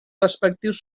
respectius